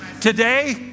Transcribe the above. Today